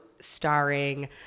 starring